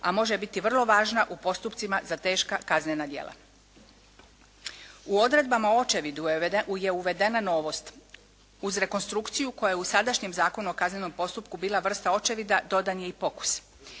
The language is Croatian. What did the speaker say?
A može biti vrlo važna u postupcima za teška kaznena djela. U odredbama o očevidu je uvedena novost uz rekonstrukciju koja je u sadašnjem Zakonu o kaznenom postupku bila vrsta očevida dodan je i pokus.